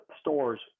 stores